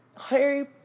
Harry